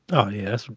oh yeah.